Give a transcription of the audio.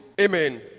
Amen